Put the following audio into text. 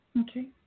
Okay